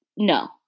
No